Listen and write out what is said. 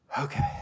okay